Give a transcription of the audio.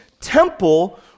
temple